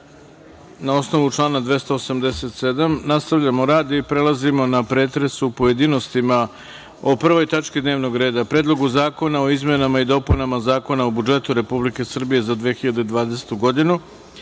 na osnovu člana 287. nastavljamo rad i prelazimo na pretres u pojedinostima o prvoj tački dnevnog reda – Predlog zakona o izmenama i dopunama Zakona o budžetu Republike Srbije za 2020. godinu,